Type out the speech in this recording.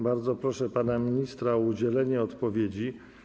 Bardzo proszę pana ministra o udzielenie odpowiedzi.